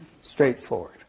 straightforward